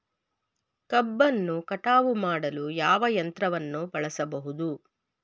ಕಬ್ಬನ್ನು ಕಟಾವು ಮಾಡಲು ಯಾವ ಯಂತ್ರವನ್ನು ಬಳಸಬಹುದು?